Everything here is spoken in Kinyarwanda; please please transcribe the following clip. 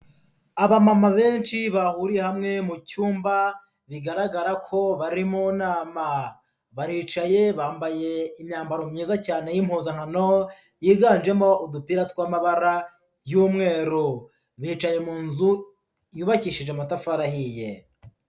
Abamama benshi bahuriye hamwe mu cyumba bigaragara ko bari mu nama, baricaye bambaye imyambaro myiza cyane y'impuzankano yiganjemo udupira tw'amabara y'umweru bicaye mu nzu yubakishije amatafari ahiye.